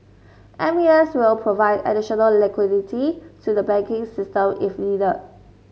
M A S will provide additional liquidity to the banking system if needed